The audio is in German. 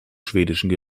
schwedischen